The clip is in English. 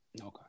okay